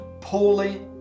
poorly